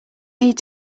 need